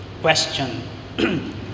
question